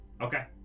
Okay